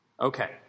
Okay